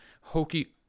hokey